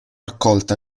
accolta